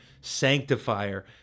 sanctifier